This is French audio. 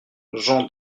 jean